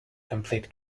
complete